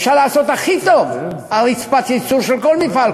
אפשר לעשות הכי טוב על רצפת ייצור של כל מפעל,